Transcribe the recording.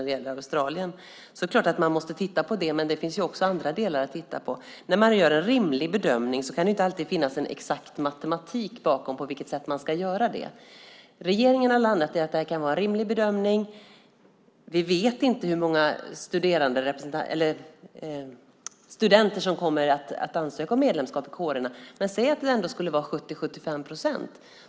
Då är det klart att man måste titta på det, men det finns också andra delar att titta på. När man gör en rimlig bedömning kan det inte alltid finnas en exakt matematik bakom när det gäller på vilket sätt man ska göra det. Regeringen har landat i att det här kan vara en rimlig bedömning. Vi vet inte hur många studenter som kommer att ansöka om medlemskap i kårerna, men säg att det skulle vara 70-75 procent.